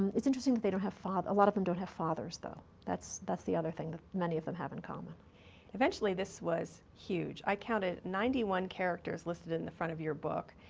it's interesting that they don't have fathers a lot of them don't have fathers, though. that's that's the other thing that many of them have in common. franklin eventually, this was huge. i counted ninety one characters listed in the front of your book,